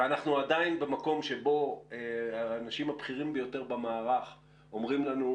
ואנחנו עדיין במקום שבו האנשים הבכירים ביותר במערך אומרים לנו,